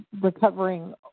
Recovering